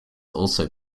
also